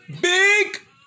Big